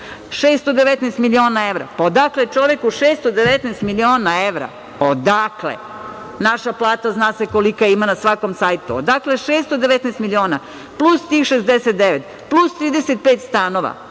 619 miliona evra. Pa odakle čoveku 619 miliona evra? Odakle? Naša plata zna se kolika je, ima na svakom sajtu. Odakle 619 miliona, plus tih 69, plus 35 stanova,